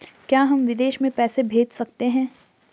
क्या हम विदेश में पैसे भेज सकते हैं?